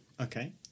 Okay